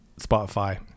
Spotify